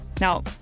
Now